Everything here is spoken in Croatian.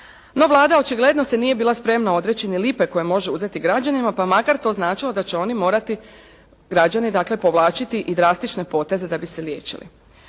No Vlada očigledno se nije bila spremna odreći ni lipe koje može uzeti građanima, pa makar to značilo da će oni morati, građani dakle, povlačiti i drastične poteze da bi se liječili.